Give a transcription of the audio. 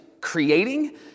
creating